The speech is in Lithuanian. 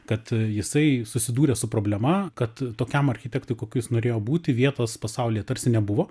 kad jisai susidūrė su problema kad tokiam architektui kokiu jis norėjo būti vietos pasaulyje tarsi nebuvo